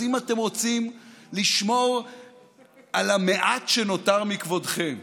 אז אם אתם רוצים לשמור על המעט שנותר מכבודכם,